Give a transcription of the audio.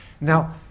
Now